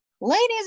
ladies